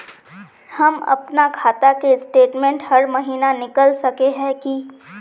हम अपना खाता के स्टेटमेंट हर महीना निकल सके है की?